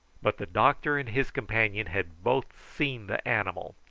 but the doctor and his companion had both seen the animal,